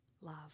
love